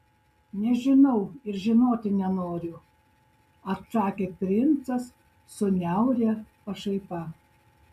nežinau ir žinoti nenoriu atsakė princas su niauria pašaipa